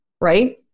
right